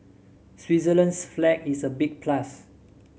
Switzerland's flag is a big plus